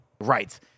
Right